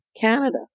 Canada